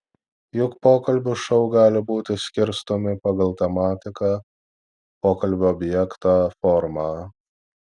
juk pokalbių šou gali būti skirstomi pagal tematiką pokalbio objektą formą